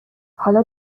حالا